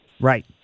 Right